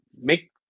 make